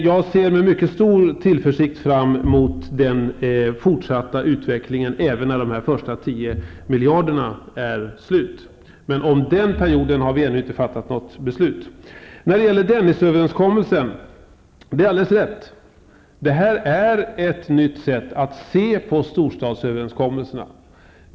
Jag ser med mycket stor tillförsikt fram emot den fortsatta utvecklingen, även efter det att de 10 miljarderna har tagit slut. Men om den efterföljande perioden har vi ännu inte fattat något beslut. När det gäller Dennis-överenskommelsen är det alldeles rätt att det här är ett alldeles nytt sätt att se på storstadsöverenskommelserna.